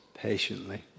patiently